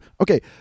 Okay